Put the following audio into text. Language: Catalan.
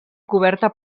coberta